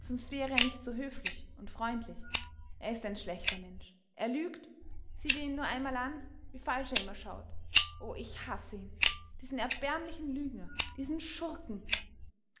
sonst wäre er nicht so höflich und freundlich er ist ein schlechter mensch er lügt sieh dir ihn nur einmal an wie falsch er immer schaut oh ich hasse ihn diesen erbärmlichen lügner diesen schurken